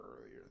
earlier